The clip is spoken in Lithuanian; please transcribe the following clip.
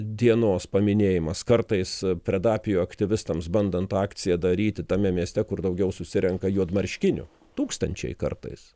dienos paminėjimas kartais predapijo aktyvistams bandant akciją daryti tame mieste kur daugiau susirenka juodmarškinių tūkstančiai kartais